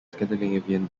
scandinavian